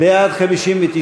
בעד, 59,